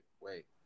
wait